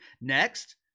Next